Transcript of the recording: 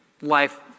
life